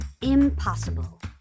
impossible